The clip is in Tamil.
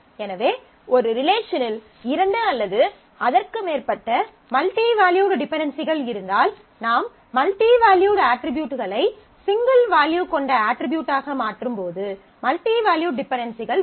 எனவே ஒரு ரிலேஷனில் இரண்டு அல்லது அதற்கு மேற்பட்ட மல்டிவேல்யூட் டிபென்டென்சிகள் இருந்தால் நாம் மல்டிவேல்யூட் அட்ரிபியூட்களை சிங்கிள் வேல்யூ கொண்ட அட்ரிபியூட்டாக மாற்றும்போது மல்டிவேல்யூ டிபென்டென்சிகள் வரும்